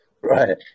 Right